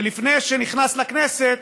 שלפני שנכנס לכנסת